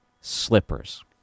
slippers